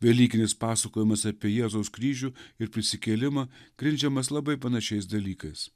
velykinis pasakojimas apie jėzaus kryžių ir prisikėlimą grindžiamas labai panašiais dalykais